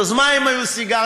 אז מה אם היו סיגרים?